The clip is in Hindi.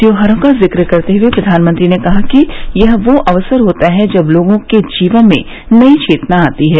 त्योहारों का ज़िक्र करते हुए प्रधानमंत्री ने कहा कि यह वो अवसर होता है जब लोगों के जीवन में नई चेतना आती है